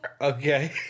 Okay